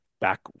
back